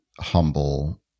humble